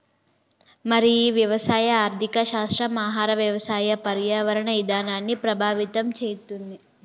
మరి ఈ వ్యవసాయ ఆర్థిక శాస్త్రం ఆహార వ్యవసాయ పర్యావరణ ఇధానాన్ని ప్రభావితం చేతుంది